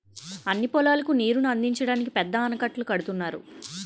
అన్ని పొలాలకు నీరుని అందించడానికి పెద్ద ఆనకట్టలు కడుతున్నారు